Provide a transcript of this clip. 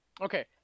Okay